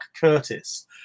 curtis